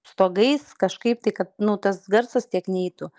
stogais kažkaip tai kad nu tas garsas tiek neitų